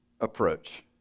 approach